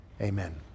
Amen